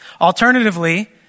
Alternatively